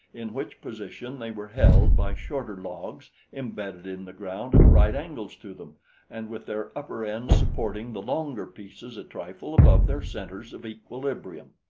in which position they were held by shorter logs embedded in the ground at right angles to them and with their upper ends supporting the longer pieces a trifle above their centers of equilibrium.